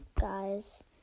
guys